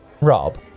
Rob